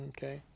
Okay